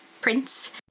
Prince